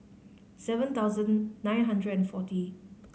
seven thousand nine hundred and forty